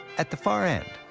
at the far end,